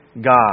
God